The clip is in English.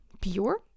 Pure